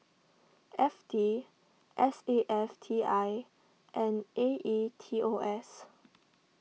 F T S A F T I and A E T O S